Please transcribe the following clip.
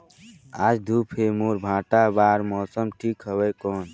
आज धूप हे मोर भांटा बार मौसम ठीक हवय कौन?